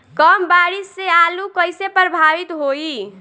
कम बारिस से आलू कइसे प्रभावित होयी?